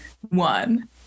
one